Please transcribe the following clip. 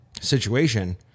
situation